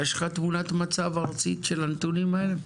יש לך תמונת מצב ארצית של הנתונים האלה?